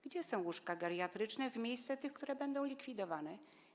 Gdzie są łóżka geriatryczne w miejsce tych, które będą likwidowane?